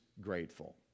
grateful